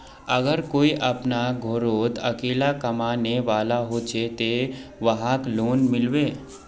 अगर कोई अपना घोरोत अकेला कमाने वाला होचे ते वहाक लोन मिलबे?